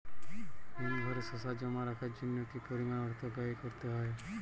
হিমঘরে শসা জমা রাখার জন্য কি পরিমাণ অর্থ ব্যয় করতে হয়?